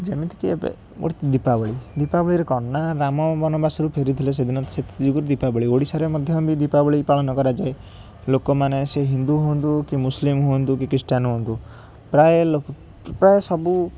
ଯେମିତିକି ଏବେ ଗୋଟେ ଦୀପାବଳି ଦୀପାବଳିରେ କ'ଣ ନା ରାମ ବନବାସରୁ ଫେରିଥିଲେ ସେଦିନ ସେ ଯୋଗୁଁ ଦୀପାବଳି ଓଡ଼ିଶାରେ ମଧ୍ୟ ବି ଦୀପାବଳି ପାଳନ କରାଯାଏ ଲୋକମାନେ ସେ ହିନ୍ଦୁ ହୁଅନ୍ତୁ କି ମୁସଲିମ ହୁଅନ୍ତୁ କି ଖ୍ରୀଷ୍ଟିଆନ୍ ହୁଅନ୍ତୁ ପ୍ରାୟ ଲୋକ ପ୍ରାୟ ସବୁ